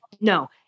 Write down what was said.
no